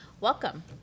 Welcome